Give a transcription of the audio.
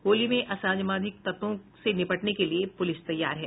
होली में असामाजिक तत्वों से निबटने के लिए प्रलिस तैयार है